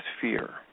fear